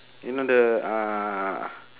you know the uh